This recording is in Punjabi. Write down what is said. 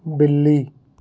ਬਿੱਲੀ